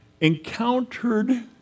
encountered